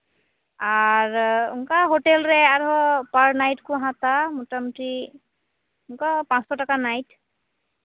ᱟᱨ ᱚᱱᱠᱟ ᱦᱳᱴᱮᱞ ᱨᱮ ᱟᱨᱦᱚᱸ ᱯᱟᱨ ᱱᱟᱭᱤᱴ ᱠᱚ ᱦᱟᱛᱟᱣᱟ ᱢᱳᱴᱟᱢᱩᱴᱤ ᱚᱱᱠᱟ ᱯᱟᱸᱪᱥᱳ ᱴᱟᱠᱟ ᱱᱟᱭᱤᱴ